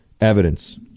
evidence